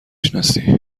شناسی